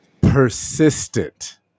persistent